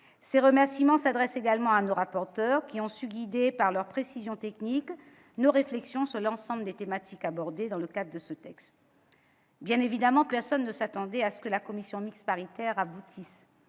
Ces remerciements s'adressent également à nos rapporteurs, qui ont su guider, par leurs précisions techniques, nos réflexions sur l'ensemble des thématiques abordées dans le cadre de ce texte. Évidemment, personne ne s'attendait à ce que la commission mixte paritaire aboutisse-